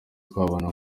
twabona